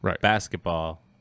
basketball